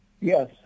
Yes